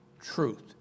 Truth